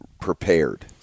prepared